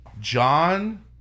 John